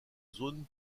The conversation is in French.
zones